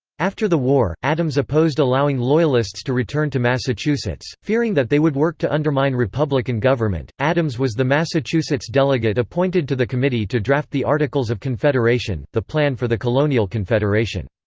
after the war, adams opposed allowing loyalists to return to massachusetts, fearing that they would work to undermine republican government adams was the massachusetts delegate appointed to the committee to draft the articles of confederation, the plan for the colonial confederation.